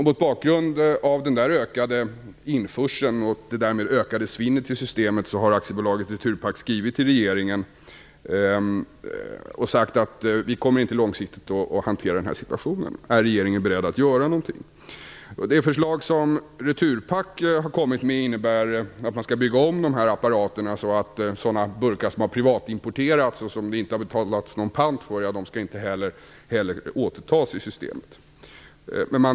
Mot bakgrund av denna ökade införsel och det därmed ökade svinnet i systemet har AB Svenska Returpack skrivit till regeringen och sagt: Vi kommer inte långsiktigt att kunna hantera den här situationen. Är regeringen beredd att göra någonting? Det förslag som Returpack har kommit med innebär att man skall bygga om returautomaterna så att sådana burkar som har privatimporterats och som det inte har betalats någon pant för inte heller skall återtas i systemet.